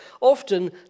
Often